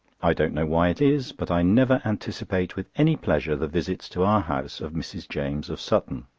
i don't know why it is, but i never anticipate with any pleasure the visits to our house of mrs. james, of sutton.